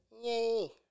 Yay